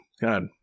god